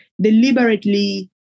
Deliberately